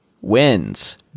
wins